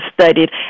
studied